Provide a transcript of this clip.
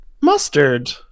mustard